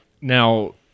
now